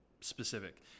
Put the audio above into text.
specific